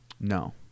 No